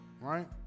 right